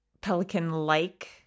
pelican-like